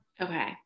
Okay